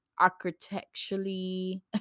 architecturally